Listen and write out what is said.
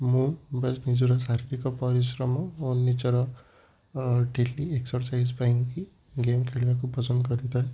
ମୁଁ ବାସ୍ ନିଜର ଶାରୀରିକ ପରିଶ୍ରମ ଓ ନିଜର ଡେଲି ଏକ୍ସରସାଇଜ୍ ପାଇଁ କି ଗେମ୍ ଖେଳିବାକୁ ପସନ୍ଦ କରିଥାଏ